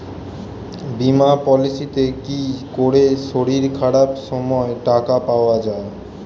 বীমা পলিসিতে কি করে শরীর খারাপ সময় টাকা পাওয়া যায়?